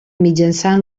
mitjançant